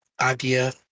idea